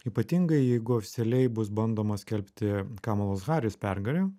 ypatingai jeigu oficialiai bus bandoma skelbti kamalos haris pergalę